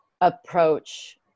approach